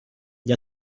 gli